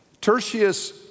Tertius